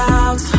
out